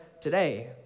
today